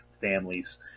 families